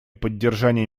поддержания